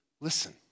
listen